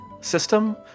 system